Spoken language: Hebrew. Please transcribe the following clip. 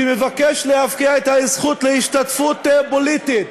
שמבקש להפקיע את הזכות להשתתפות פוליטית,